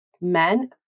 men